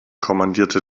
kommandierte